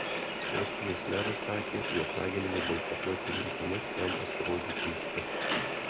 sostinės meras sakė jog raginimai boikotuoti rinkimus jam pasirodė keisti